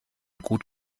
gut